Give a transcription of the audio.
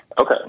Okay